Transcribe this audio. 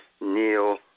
Neil